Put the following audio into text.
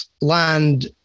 land